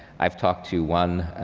i've talked to one